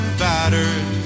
battered